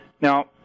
Now